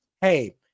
hey